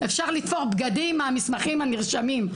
אפשר לתפור בגדים מהמסמכים הנרשמים.